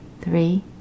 three